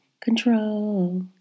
control